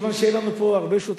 מכיוון שאין לנו פה הרבה שותפים,